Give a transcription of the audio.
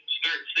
start